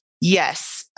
Yes